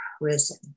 prison